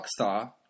Rockstar